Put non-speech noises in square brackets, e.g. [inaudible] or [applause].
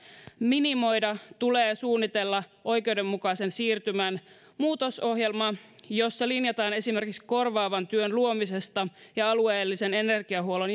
minimoida tulee suunnitella oikeudenmukaisen siirtymän muutosohjelma jossa linjataan esimerkiksi korvaavan työn luomisesta ja alueellisen energiahuollon [unintelligible]